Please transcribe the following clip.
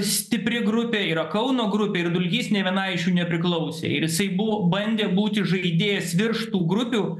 stipri grupė yra kauno grupė ir dulkys nė vienai iš jų nepriklausė ir jisai buvo bandė būti žaidėjas virš tų grupių